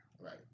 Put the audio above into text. right